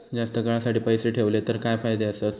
जास्त काळासाठी पैसे ठेवले तर काय फायदे आसत?